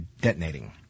detonating